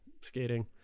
skating